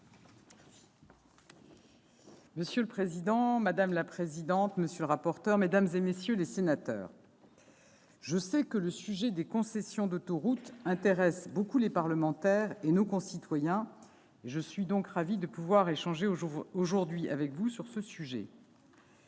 Monsieur le président, monsieur le rapporteur, mesdames, messieurs les sénateurs, je sais que le sujet des concessions d'autoroutes intéresse beaucoup les parlementaires et nos concitoyens ; je suis donc ravie de pouvoir échanger avec vous sur ce thème.